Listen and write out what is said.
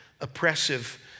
oppressive